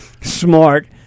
smart